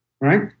Right